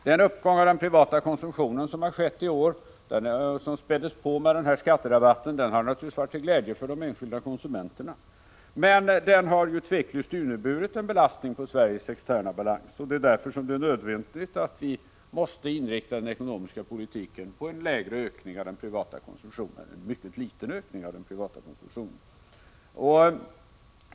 Den uppgång i den privata konsumtionen som har skett i år och som späddes på med skatterabatten har naturligtvis varit till glädje för de enskilda konsumenterna, men den har tveklöst inneburit en belastning på Sveriges externa balans, och det är därför nödvändigt att inrikta den ekonomiska politiken på en lägre ökning, en mycket liten ökning, av den privata konsumtionen.